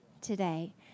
today